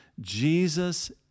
Jesus